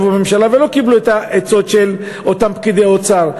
בממשלה ולא קיבלו את העצות של אותם פקידי אוצר.